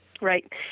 Right